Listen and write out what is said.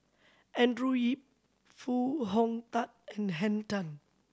Andrew Yip Foo Hong Tatt and Henn Tan